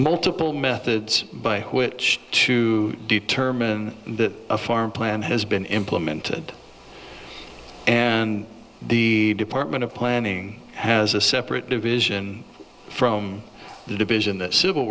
multiple methods by which to determine that a farm plan has been implemented and the department of planning has a separate division from the division that civil